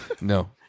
no